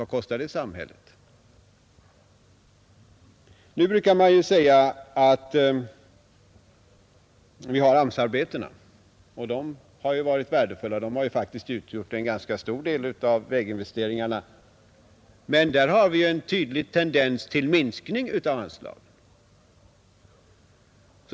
Man brukar i detta sammanhang hänvisa till AMS-arbetena — och de har också varit värdefulla; de har faktiskt utgjort en ganska stor del av väginvesteringarna — men där har vi en tydlig tendens till minskning av anslagen.